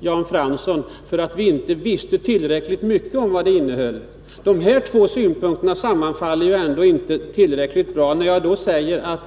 Jan Fransson, en partivän till jordbruksministern, för att vi inte visste tillräckligt mycket om vad presskonferensen gällde. De här två synpunkterna sammanfaller inte tillräckligt väl.